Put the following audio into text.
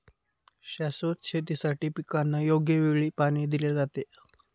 शाश्वत शेतीसाठी पिकांना योग्य वेळी पाणी दिले जाते